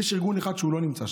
יש ארגון אחד שלא נמצא שם: